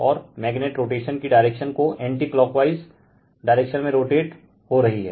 और magnet rotation की direction को एंटी क्लॉक वाइज डायरेक्शन में रोटेट हो रही है